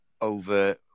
over